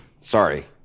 sorry